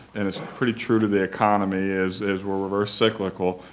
and it's pretty true to the economy, is is we're we're cyclical.